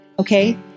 Okay